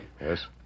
Yes